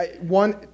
one